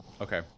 okay